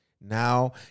now